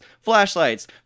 flashlights